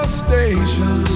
station